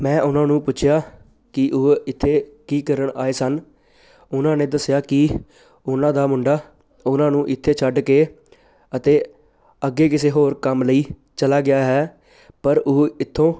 ਮੈਂ ਉਹਨਾਂ ਨੂੰ ਪੁੱਛਿਆ ਕਿ ਉਹ ਇੱਥੇ ਕੀ ਕਰਨ ਆਏ ਸਨ ਉਹਨਾਂ ਨੇ ਦੱਸਿਆ ਕਿ ਉਹਨਾਂ ਦਾ ਮੁੰਡਾ ਉਹਨਾਂ ਨੂੰ ਇੱਥੇ ਛੱਡ ਕੇ ਅਤੇ ਅੱਗੇ ਕਿਸੇ ਹੋਰ ਕੰਮ ਲਈ ਚਲਾ ਗਿਆ ਹੈ ਪਰ ਉਹ ਇੱਥੋਂ